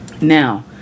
Now